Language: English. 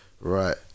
Right